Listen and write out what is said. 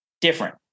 different